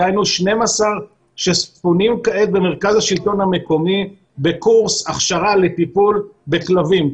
דהיינו 12 שספונים כעת במרכז השלטון המקומי בקורס הכשרה לטיפול בכלבים,